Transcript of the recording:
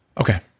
Okay